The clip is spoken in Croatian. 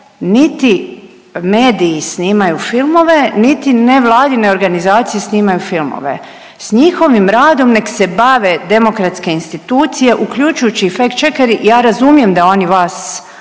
niti mediji snimaju filmovi, niti nevladine organizacije snimaju filmove. S njihovim radom nek se bave demokratske institucije uključujući i fact-checkere i ja razumijem da oni vas